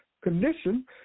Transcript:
condition